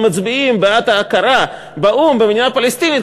מצביעים בעד ההכרה באו"ם במדינה פלסטינית,